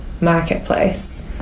marketplace